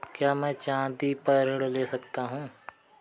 क्या मैं चाँदी पर ऋण ले सकता हूँ?